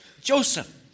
Joseph